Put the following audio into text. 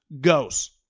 goes